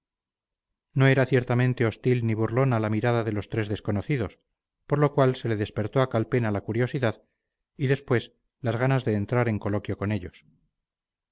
no era ciertamente hostil ni burlona la mirada de los tres desconocidos por lo cual se le despertó a calpena la curiosidad y después las ganas de entrar en coloquio con ellos